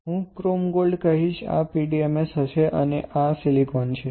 હું chrome gold કહીશ આ PDMS હશે અને આ સિલિકોન છે